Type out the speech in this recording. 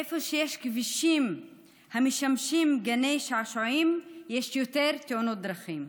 איפה שיש כבישים המשמשים גני שעשועים יש יותר תאונות דרכים,